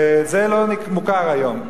זה לא מוכר היום.